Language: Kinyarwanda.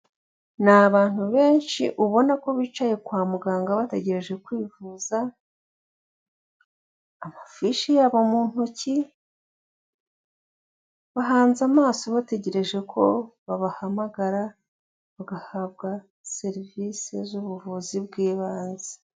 Ni abantu benshi ubona ko bicaye kwa muganga bategereje kwivuza, amafishi yabo mu ntoki bahanze amaso bategereje ko babahamagara bagahabwa serivise z'ubuvuzi bw'ibanze.